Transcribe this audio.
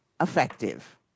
effective